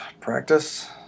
practice